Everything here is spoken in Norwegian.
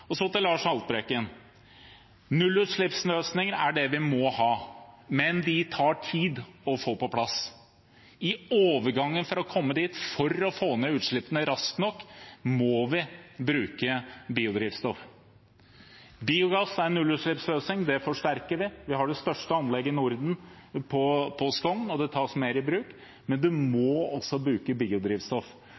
Så til Lars Haltbrekken: Nullutslippsløsninger er det vi må ha, men det tar tid å få på plass. I overgangen for å komme dit, for å få ned utslippene raskt nok, må vi bruke biodrivstoff. Biogass er en nullutslippsløsning. Det forsterker vi. Vi har det største anlegget i Norden på Skogn, og det tas mer i bruk. Men det må også brukes biodrivstoff.